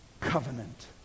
Covenant